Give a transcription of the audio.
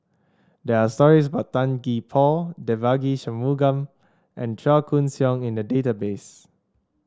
there are stories about Tan Gee Paw Devagi Sanmugam and Chua Koon Siong in the database